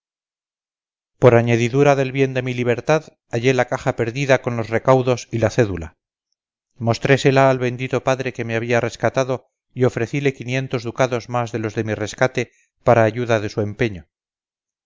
por añadidura del bien de mi libertad hallé la caja perdida con los recaudos y la cédula mostrésela al bendito padre que me había rescatado y ofrecíle quinientos ducados más de los de mi rescate para ayuda de su empeño